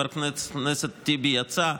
חבר הכנסת טיבי יצא,